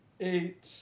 eight